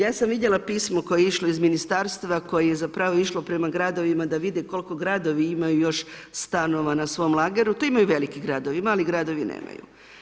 Ja sam vidjela pismo koje je išlo iz ministarstva, koje je zapravo išlo prema gradovima da vide koliko gradovi imaju još stanova na svom lageru, to imaju veliki gradovi, mali gradovi nemaju.